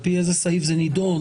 על פי איזה סעיף זה נידון.